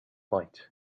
light